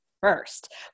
first